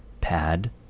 Pad